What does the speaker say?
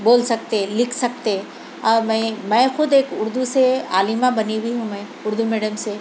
بول سکتے لِکھ سکتے اور میں میں خود ایک اُردو سے عالمہ بنی ہوئی ہوں میں اُردو میڈیم سے